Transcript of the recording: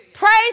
Praise